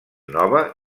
nova